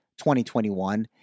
2021